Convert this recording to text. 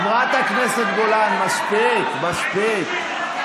הכנסת גולן, מספיק, מספיק.